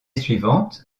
suivante